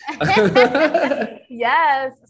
Yes